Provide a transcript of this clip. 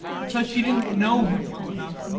because she didn't know him well enough.